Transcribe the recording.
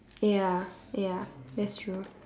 ya ya that's true